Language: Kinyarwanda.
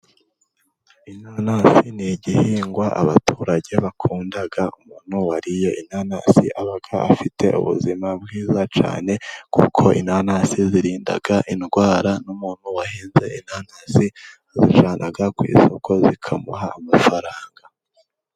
Inasi ni igihingwa abaturage bakunda, umuntu wariye inanasi aba afite ubuzima bwiza cyane, kuko inanasi zirinda indwara, n'umuntu wahinze inanda azijyana ku isoko, zikamuha amafaranga.